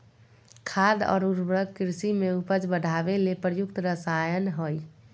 खाद और उर्वरक कृषि में उपज बढ़ावे ले प्रयुक्त रसायन हइ